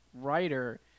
writer